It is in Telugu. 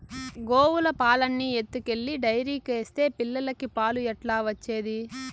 గోవుల పాలన్నీ ఎత్తుకెళ్లి డైరీకేస్తే పిల్లలకి పాలు ఎట్లా వచ్చేది